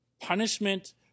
Punishment